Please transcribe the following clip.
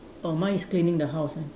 orh mine is cleaning the house ah